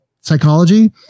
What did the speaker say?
psychology